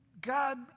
God